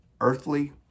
earthly